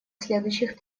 следующих